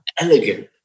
Elegant